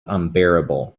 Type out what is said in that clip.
unbearable